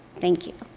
thank you.